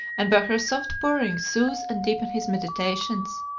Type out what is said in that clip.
and by her soft purring soothe and deepen his meditations?